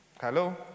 Hello